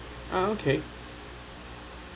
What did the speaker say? ah okay